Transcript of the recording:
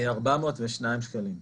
402 שקלים.